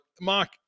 Mark